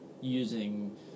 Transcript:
using